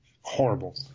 horrible